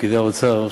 פקידי האוצר,